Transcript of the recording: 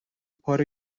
پاره